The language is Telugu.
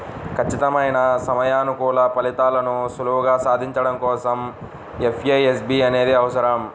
ఖచ్చితమైన సమయానుకూల ఫలితాలను సులువుగా సాధించడం కోసం ఎఫ్ఏఎస్బి అనేది అవసరం